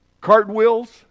cartwheels